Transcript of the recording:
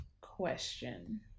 question